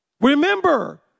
Remember